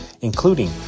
including